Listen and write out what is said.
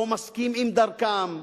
או מסכים עם דרכם,